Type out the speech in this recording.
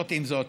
זאת עם זאת,